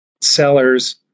sellers